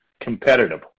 competitive